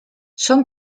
son